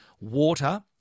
water